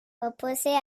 opposée